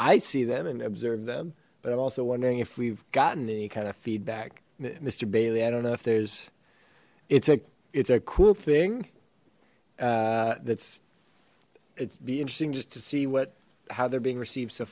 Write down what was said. i see them and observe them but i'm also wondering if we've gotten any kind of feedback mr bailey i don't know if there's it's a it's a cool thing uh that's it's be interesting just to see what how they're being